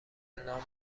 نامم